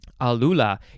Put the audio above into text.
Alula